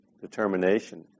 determination